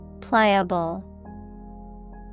Pliable